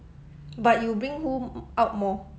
but you will bring who out more